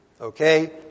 Okay